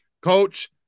Coach